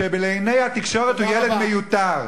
 שבעיני התקשורת הוא ילד מיותר.